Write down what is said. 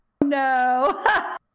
No